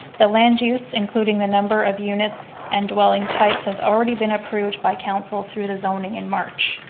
the land-use including the number of units and dwelling types has already been approved by council through the zoning in march.